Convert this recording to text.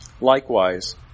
Likewise